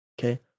Okay